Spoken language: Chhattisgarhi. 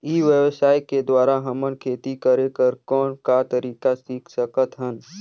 ई व्यवसाय के द्वारा हमन खेती करे कर कौन का तरीका सीख सकत हन?